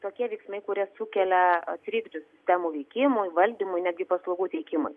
tokie veiksmai kurie sukelia trikdžius sistemų veikimui valdymui netgi paslaugų teikimui